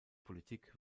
politik